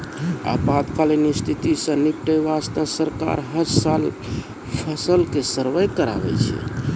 आपातकालीन स्थिति सॅ निपटै वास्तॅ सरकार हर साल फसल के सर्वें कराबै छै